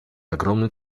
огромную